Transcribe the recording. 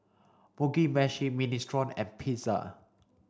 Mugi Meshi Minestrone and Pizza